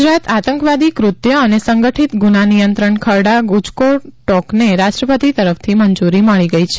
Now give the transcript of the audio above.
ગુજરાત આંતકવાદી ક્રત્ય અને સંગઠીત ગુના નિયંત્રણ ખરડા ગુજકોટોકને રાષ્ટ્રપતિ તરફથી મંજુરી મળી ગઇ છે